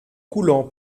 coulant